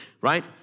right